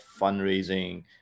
fundraising